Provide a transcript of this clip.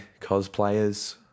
cosplayers